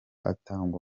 atangwa